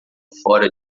fora